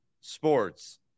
sports